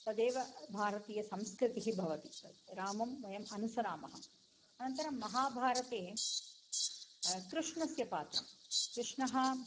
तदेव भारतीयसंस्कृतिः भवति तद् रामं वयम् अनुसरामः अनन्तरं महाभारते कृष्णस्य पात्रं कृष्णः